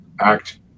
act